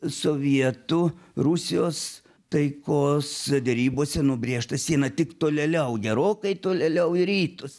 sovietų rusijos taikos derybose nubrėžtą sieną tik tolėliau gerokai tolėliau į rytus